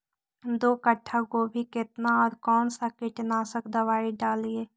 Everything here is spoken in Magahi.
दो कट्ठा गोभी केतना और कौन सा कीटनाशक दवाई डालिए?